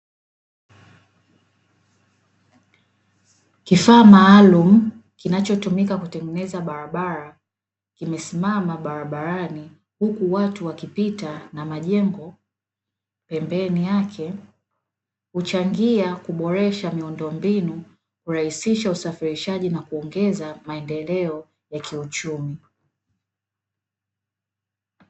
Kifaa maalumu kinachotumika kutengeneza barabara kimesimama barabarani, huku watu wakipita na majengo pembeni yake kuchangia kuboresha miundombinu kurahisisha usafirishaji na kuongeza maendeleo ya kiuchumi.